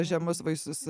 žemus vaisius